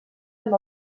amb